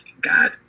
God